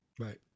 Right